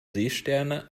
seesterne